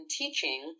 teaching